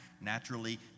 naturally